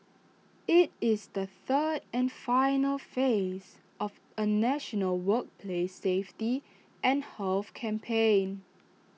IT is the third and final phase of A national workplace safety and health campaign